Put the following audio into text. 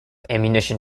ammunition